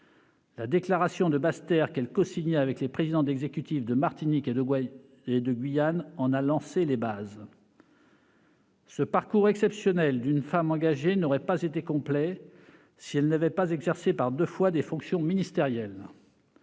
La déclaration de Basse-Terre, qu'elle cosigna avec les présidents d'exécutifs de Martinique et de Guyane, a jeté les bases de cette politique. Ce parcours exceptionnel d'une femme engagée n'aurait pas été complet si elle n'avait exercé par deux fois des fonctions ministérielles